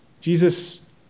Jesus